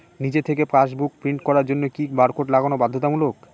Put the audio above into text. নিজে থেকে passbook print করার জন্য কি বারকোড লাগানো বাধ্যতামূলক?